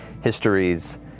histories